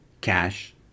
cash